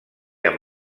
amb